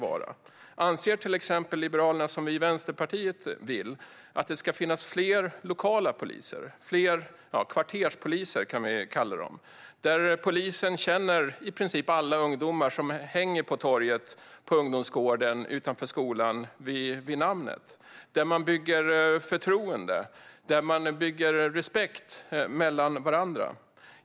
Anser Liberalerna, som vi i Vänsterpartiet, att det ska finnas fler lokala poliser, kvarterspoliser kan vi kalla dem, som känner i princip alla ungdomar som hänger på torget, på ungdomsgården och utanför skolan vid namn - att man bygger förtroende och respekt för varandra?